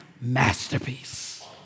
masterpiece